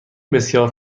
بسیار